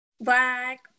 Black